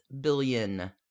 billion